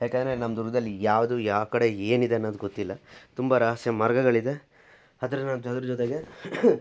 ಯಾಕೆಂದ್ರೆ ನಮ್ಮ ದುರ್ಗದಲ್ಲಿ ಯಾವುದು ಯಾವ ಕಡೆ ಏನಿದೆ ಅನ್ನೋದು ಗೊತ್ತಿಲ್ಲ ತುಂಬ ರಹಸ್ಯ ಮಾರ್ಗಗಳಿದೆ ಅದರ ನಂತ ಅದರ ಜೊತೆಗೆ